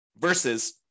versus